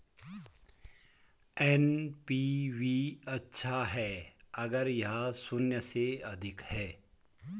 NPV अच्छा है अगर यह शून्य से अधिक है